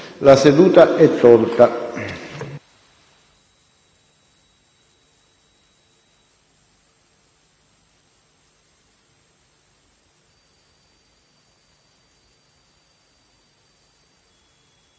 La seduta è tolta